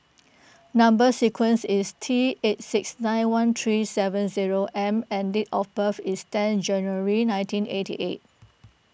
Number Sequence is T eight six nine one three seven zero M and date of birth is ten January nineteen eighty eight